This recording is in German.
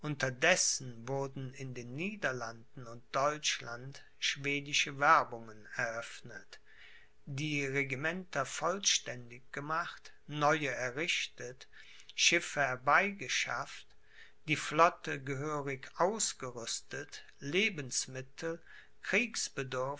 wurden in den niederlanden und deutschland schwedische werbungen eröffnet die regimenter vollzählig gemacht neue errichtet schiffe herbeigeschafft die flotte gehörig ausgerüstet lebensmittel